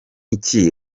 iki